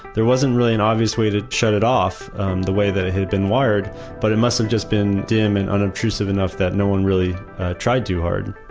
there wasn't really an obvious way to shut it off the way that it had been wired, but it must've just been dim and unobtrusive enough that no one really tried too hard